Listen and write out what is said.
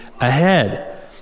ahead